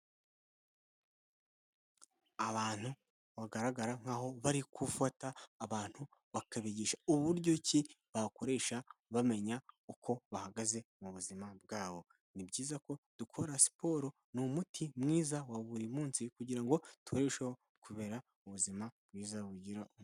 Abantu bagaragara nkaho bari gufata abantu bakabigisha uburyo ki bakoresha bamenya uko bahagaze mu buzima bwabo, ni byiza ko dukora siporo, ni umuti mwiza wa buri munsi, kugira ngo turusheho kubera ubuzima bwiza bugira...